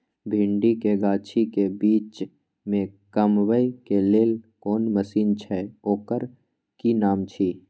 भिंडी के गाछी के बीच में कमबै के लेल कोन मसीन छै ओकर कि नाम छी?